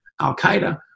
Al-Qaeda